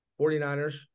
49ers